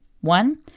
one